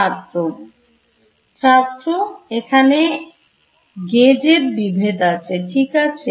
ছাত্র এখানে gauge এর বিভেদ ঠিক আছে